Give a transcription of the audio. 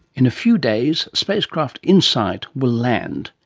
in a few days, spacecraft insight will land,